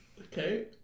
Okay